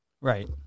Right